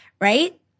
right